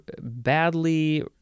badly